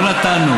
לא נתנו.